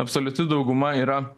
absoliuti dauguma yra